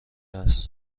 هست